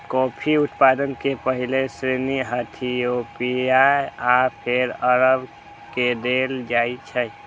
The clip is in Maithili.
कॉफी उत्पादन के पहिल श्रेय इथियोपिया आ फेर अरब के देल जाइ छै